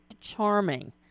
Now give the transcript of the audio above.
charming